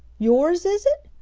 yours, is it?